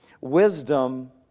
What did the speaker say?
Wisdom